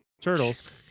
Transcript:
Turtles